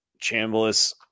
Chambliss